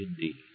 indeed